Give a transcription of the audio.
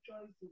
choices